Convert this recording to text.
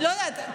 לא יודעת,